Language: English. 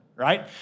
Right